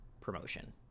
promotion